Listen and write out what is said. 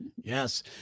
Yes